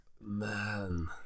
man